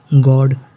god